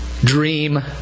dream